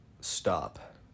Stop